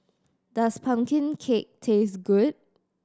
does pumpkin cake taste good